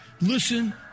listen